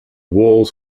walls